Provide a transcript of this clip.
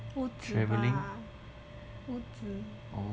不只吧不只